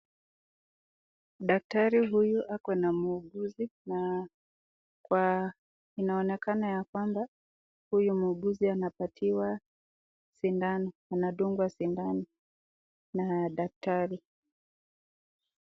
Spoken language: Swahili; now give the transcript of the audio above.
Daktari huyu ako na muuguzi inaonekana ya kwamba huyu muuguzi anapatiwa sindano, anadungwa sindano na daktari.